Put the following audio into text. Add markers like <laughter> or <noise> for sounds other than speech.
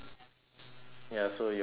ya so you wanna <noise>